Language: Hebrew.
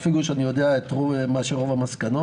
אפילו שאני יודע מה הן רוב המסקנות.